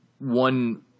one